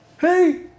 Hey